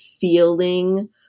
feeling